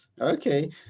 Okay